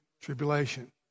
tribulation